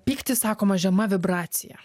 pyktis sakoma žema vibracija